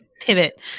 pivot